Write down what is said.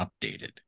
updated